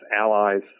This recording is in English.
allies